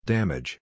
Damage